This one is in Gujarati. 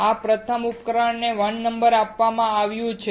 આ પ્રથમ ઉપકરણને 1 નંબર આપવામાં આવ્યું છે